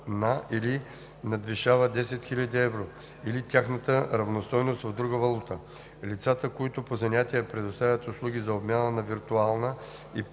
на или надвишава 10 000 евро или тяхната равностойност в друга валута; лицата, които по занятие предоставят услуги за обмяна на виртуални и